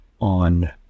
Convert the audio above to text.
on